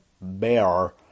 bear